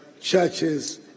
churches